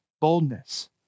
boldness